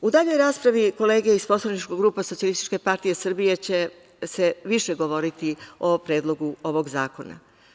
U daljoj raspravi kolege iz poslaničkog kluba Socijalističke partije Srbije će se više govoriti o predlogu ovog zakona.